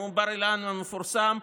נאום בר-אילן המפורסם,